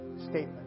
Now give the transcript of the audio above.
statement